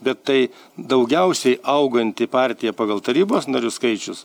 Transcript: bet tai daugiausiai auganti partija pagal tarybos narių skaičius